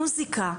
מוסיקה,